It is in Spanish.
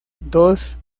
dos